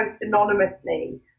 anonymously